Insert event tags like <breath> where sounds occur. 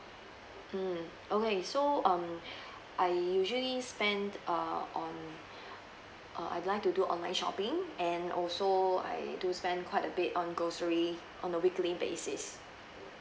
mm okay so um <breath> I usually spend uh on <breath> uh I like to do online shopping and also I do spend quite a bit on grocery on a weekly basis